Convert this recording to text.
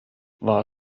war